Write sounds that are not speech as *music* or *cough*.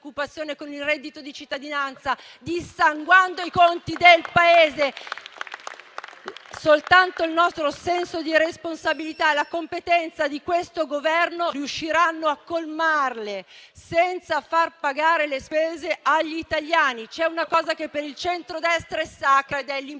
con il reddito di cittadinanza, dissanguando i conti del Paese. *applause* Soltanto il nostro senso di responsabilità e la competenza di questo Governo riusciranno a risanarli, senza far pagare le spese agli italiani. C'è una cosa che per il centrodestra è sacra ed è l'impegno